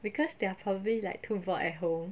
because they are probably like too bored at home